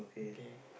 okay